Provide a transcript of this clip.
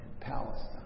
Palestine